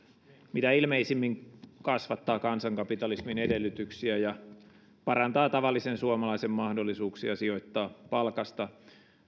mitä ilmeisimmin kasvattaa kansankapitalismin edellytyksiä ja parantaa tavallisen suomalaisen mahdollisuuksia sijoittaa palkasta